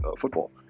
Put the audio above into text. football